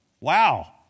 Wow